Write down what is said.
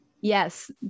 yes